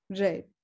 Right